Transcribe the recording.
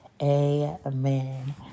amen